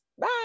bye